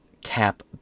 cap